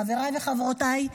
חבריי וחברותיי,